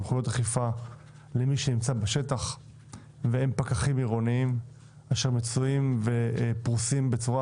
אכיפה למי שנמצא בשטח ואלה הם הפקחים העירוניים שפרוסים בצורה